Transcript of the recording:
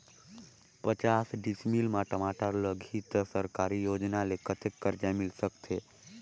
पचास डिसमिल मा टमाटर लगही त सरकारी योजना ले कतेक कर्जा मिल सकथे?